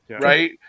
Right